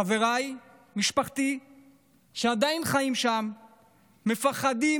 חבריי ומשפחתי שעדיין חיים שם מפחדים,